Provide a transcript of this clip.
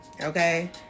Okay